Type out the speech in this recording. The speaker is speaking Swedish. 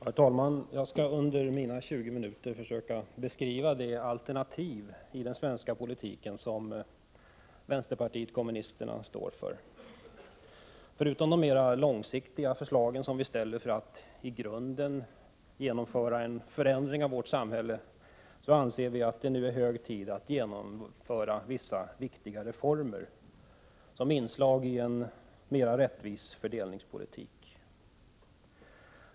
Herr talman! Jag skall under mina 20 minuter försöka beskriva det alternativ i den svenska politiken som vänsterpartiet kommunisterna står för. Förutom de mer långsiktiga förslagen, som vi ställer för att lägga grunden för en förändring av vårt samhälle, anser vi att det nu är hög tid att genomföra vissa viktiga reformer som inslag i en mer rättvis fördelningspolitik.